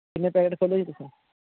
ਕਿੰਨੇ ਪੈਕਟ ਖੋਲੇ ਜੀ ਤੁਸੀਂ